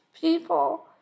People